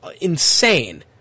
insane